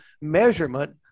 measurement